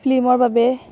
ফ্লিমৰ বাবে